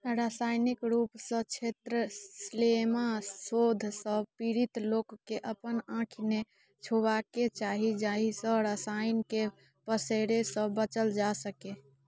रासायनिक रूपसँ क्षेत्रस्लेमा शोधसँ पीड़ित लोकके अपन आँखि नहि छुबाके चाही जाहिसँ रसायनके पसरैसँ बचल जा सकै